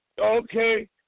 okay